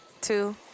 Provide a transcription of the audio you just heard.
two